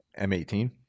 M18